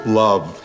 love